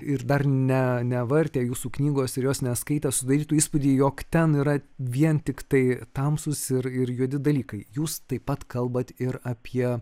ir dar ne nevartę jūsų knygos ir jos neskaitę susidarytų įspūdį jog ten yra vien tiktai tamsūs ir ir juodi dalykai jūs taip pat kalbat ir apie